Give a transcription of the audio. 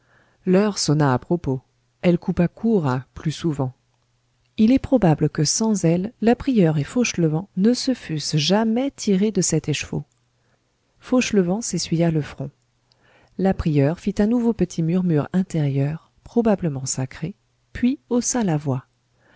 l'heure sonna à propos elle coupa court à plus souvent il est probable que sans elle la prieure et fauchelevent ne se fussent jamais tirés de cet écheveau fauchelevent s'essuya le front la prieure fit un nouveau petit murmure intérieur probablement sacré puis haussa la voix